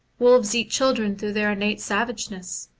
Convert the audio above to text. wolves eat children through their innate savageness,